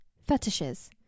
fetishes